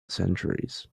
centuries